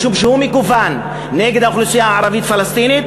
משום שהוא מכוון נגד האוכלוסייה הערבית-פלסטינית,